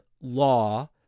law